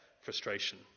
frustration